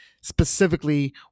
specifically